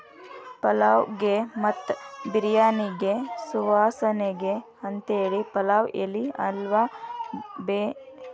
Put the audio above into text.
ಪಲಾವ್ ಗೆ ಮತ್ತ ಬಿರ್ಯಾನಿಗೆ ಸುವಾಸನಿಗೆ ಅಂತೇಳಿ ಪಲಾವ್ ಎಲಿ ಅತ್ವಾ ಬೇ ಲೇಫ್ ಅನ್ನ ಉಪಯೋಗಸ್ತಾರ